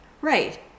Right